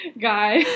guy